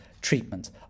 treatment